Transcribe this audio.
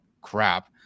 crap